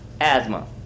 asthma